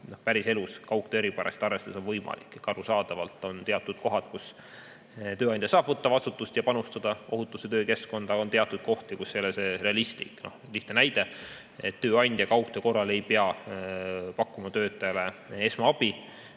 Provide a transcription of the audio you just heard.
päriselus kaugtöö eripärasid arvestades võimalik. Arusaadavalt on teatud kohad, kus tööandja saab võtta vastutust ja panustada ohutusse töökeskkonda, aga on teatud kohti, kus see ei ole realistlik. Lihtne näide: tööandja ei pea kaugtöö korral pakkuma töötajale esmaabi,